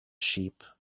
sheep